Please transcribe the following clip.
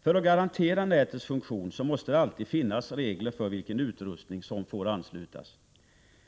För att garantera nätets funktion måste det alltid finnas regler för vilken utrustning som får anslutas.